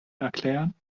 erklären